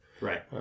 Right